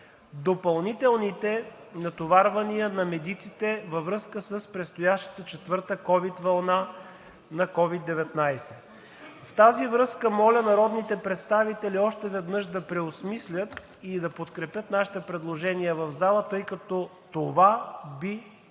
допълнителните натоварвания на медиците във връзка с предстоящата четвърта ковид вълна на COVID-19. В тази връзка, моля народните представители още веднъж да преосмислят и да подкрепят нашите предложения в залата, тъй като това би дало